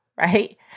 right